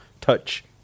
touch